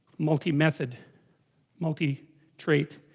multi method multi trait